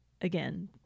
again